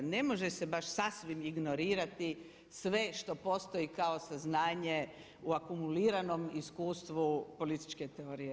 Ne može se baš sasvim ignorirati sve što postoji kao saznanje u akumuliranom iskustvu političke teorije.